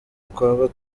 twaba